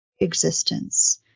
existence